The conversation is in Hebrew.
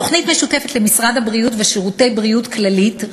תוכנית משותפת למשרד הבריאות ושירותי בריאות כללית,